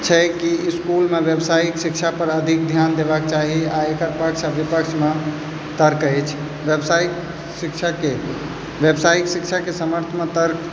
छै कि इसकुलमे व्यावसायिक शिक्षापर अधिक ध्यान देबाके चाही आओर एकर पक्ष आओर विपक्षमे तर्क अछि व्यावसायिक शिक्षाके व्यावसायिक शिक्षाके समर्थमे तर्क